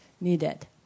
needed